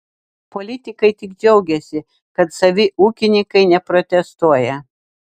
politikai tik džiaugiasi kad savi ūkininkai neprotestuoja